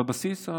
בבסיס,